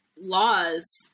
laws